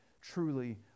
truly